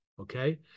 Okay